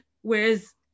Whereas